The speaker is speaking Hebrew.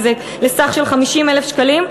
לסך של 50,000 שקלים.